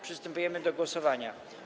Przystępujemy do głosowania.